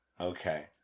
okay